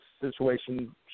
situation